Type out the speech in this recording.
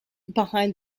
behind